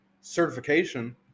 certification